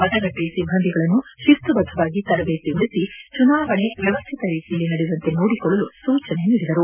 ಮತಗಟ್ಟೆ ಸಿಬ್ಬಂದಿಗಳನ್ನು ಶಿಸ್ತುಬದ್ದವಾಗಿ ತರಬೇತಿಗೊಳಿಸಿ ಚುನಾವಣೆ ವ್ಯವಸ್ಟಿಕ ರೀತಿಯಲ್ಲಿ ನಡೆಯುವಂತೆ ನೋಡಿಕೊಳ್ಳಲು ಸೂಚನೆ ನೀಡಿದರು